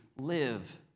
live